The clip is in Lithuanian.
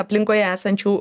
aplinkoje esančių